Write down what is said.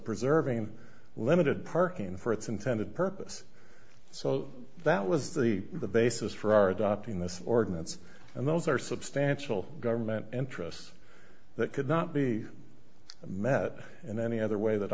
preserving limited parking for its intended purpose so that was the basis for our adopting this ordinance and those are substantial government interests that could not be met in any other way that